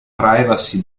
privacy